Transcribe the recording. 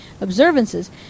observances